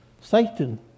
Satan